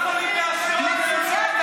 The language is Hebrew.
לא נכון.